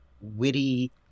witty